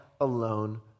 alone